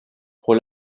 pour